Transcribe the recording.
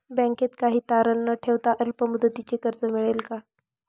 बँकेत काही तारण न ठेवता अल्प मुदतीचे कर्ज मिळेल का?